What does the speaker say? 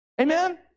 Amen